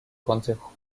consejo